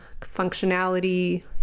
functionality